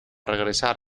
regresar